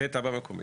זה תב"ע מקומית.